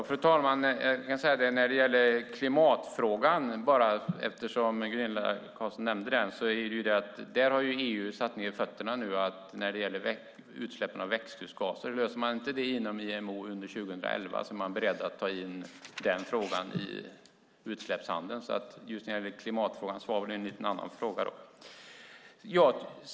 Fru talman! När det gäller klimatfrågan, eftersom Gunilla Carlsson nämnde den, har EU nu satt ned foten när det gäller utsläppen av växthusgaser. Löser man inte det inom IMO under 2011 är EU berett att ta in denna fråga i utsläppshandeln. Det gäller alltså klimatfrågan; svavel är en lite annan fråga.